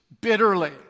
bitterly